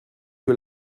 que